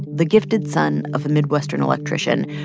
the gifted son of a midwestern electrician,